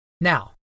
Now